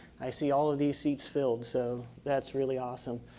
i see all of these seats filled, so that's really awesome.